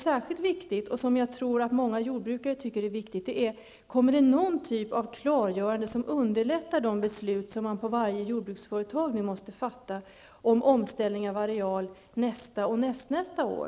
Särskilt viktigt är det för mig och många jordbrukare att få veta: Kommer det någon typ av klargörande som underlättar de beslut som man på varje jordbruksföretag nu måste fatta när det gäller omställning av areal nästa år och året därefter?